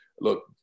look